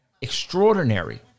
extraordinary